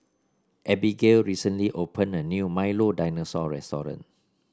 Abigail recently open a new Milo Dinosaur Restaurant